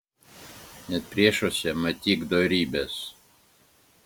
net priešuose matyk dorybes